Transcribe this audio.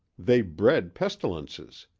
they bred pestilences.